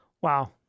Wow